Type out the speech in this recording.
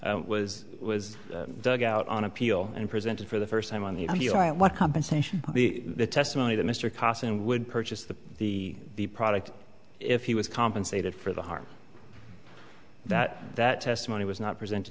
was was dug out on appeal and presented for the first time on the idea of what compensation the testimony that mr costin would purchase the the product if he was compensated for the harm that that testimony was not presented